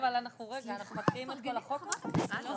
אנחנו מצביעים על נוסח החוק,